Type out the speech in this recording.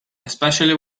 especially